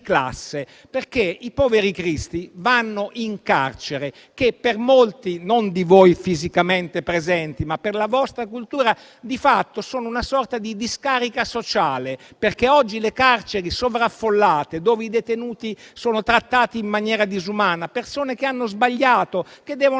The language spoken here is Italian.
classe, perché i poveri cristi vanno in carcere, che per molti di voi - non voi fisicamente presenti, ma per la vostra cultura - di fatto è una sorta di discarica sociale. Oggi le carceri sovraffollate sono luoghi dove i detenuti sono trattati in maniera disumana. Si tratta di persone che hanno sbagliato e devono